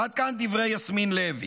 עד כאן דברי יסמין לוי.